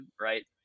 right